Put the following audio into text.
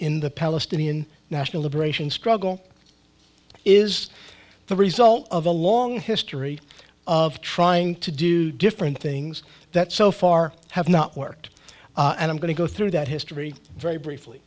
in the palestinian national liberation struggle is the result of a long history of trying to do different things that so far have not worked and i'm going to go through that history very briefly